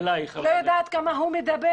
אני לא יודעת עד כמה הוא מדבר.